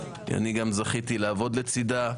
אני גם זכיתי לעבוד לצידה.